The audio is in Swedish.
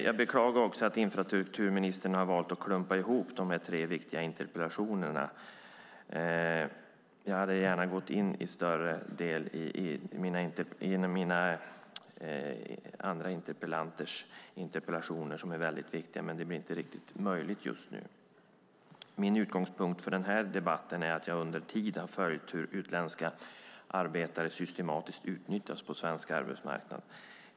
Jag beklagar också att infrastrukturministern har valt att klumpa ihop dessa tre viktiga interpellationer. Jag hade gärna gått in mer i debatten om de andra interpellanternas interpellationer som är mycket viktiga, men det är inte riktigt möjligt just nu. Min utgångspunkt för denna debatt är att jag under tiden följt hur utländska arbetare systematiskt utnyttjas på svensk arbetsmarknad.